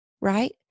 right